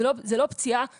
זו לא פציעה באוויר.